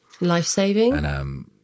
Life-saving